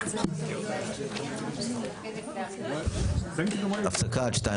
גם את 7 ואת 8. נשאר 1,